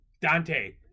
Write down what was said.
Dante